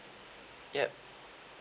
yup